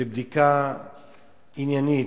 בבדיקה עניינית,